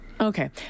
Okay